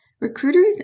recruiters